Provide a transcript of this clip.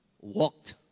walked